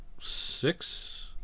six